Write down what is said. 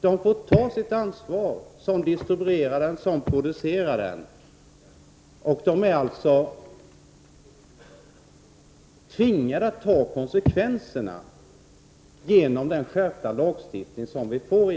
De som producerar och distribuerar den tvingas att ta sitt ansvar efter den skärpning av lagstiftningen som vi får.